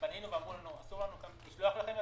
פנינו ואמרו לנו: אסור לנו לשלוח לכם,